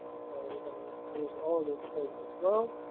and and use all this place as well